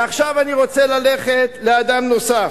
ועכשיו אני רוצה ללכת לאדם נוסף.